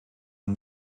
een